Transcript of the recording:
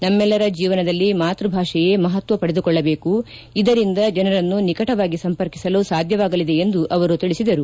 ನಮ್ಮೆಲ್ಲರ ಜೀವನದಲ್ಲಿ ಮಾತೃಭಾಷೆಯೇ ಮಹತ್ವ ಪಡೆದುಕೊಳ್ಳಬೇಕು ಇದರಿಂದ ಜನರನ್ನು ನಿಕಟವಾಗಿ ಸಂಪರ್ಕಿಸಲು ಸಾಧ್ಯವಾಗಲಿದೆ ಎಂದು ಅವರು ತಿಳಿಸಿದರು